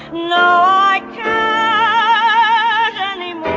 i